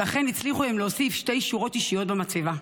ואכן הם הצליחו להוסיף שתי שורות אישיות במצבה.